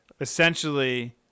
Essentially